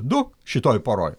du šitoj poroj